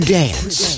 dance